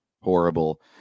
horrible